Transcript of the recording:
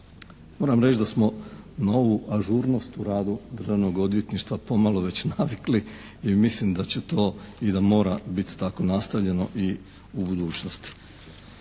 Moram reći da smo na ovu ažurnost u radu Državnog odvjetništva pomalo već navikli i mislim da će to i da mora biti tako nastavljeno i u budućnosti.